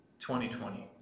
2020